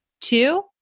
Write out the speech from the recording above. Two